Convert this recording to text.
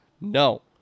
No